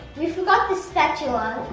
we forgot the spatulas. oh,